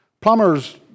Plumbers